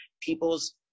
people's